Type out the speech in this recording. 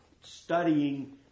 studying